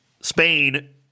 Spain